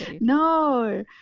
No